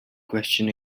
question